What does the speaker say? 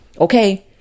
Okay